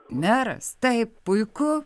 meras taip puiku